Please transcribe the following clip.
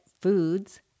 foods